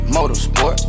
Motorsport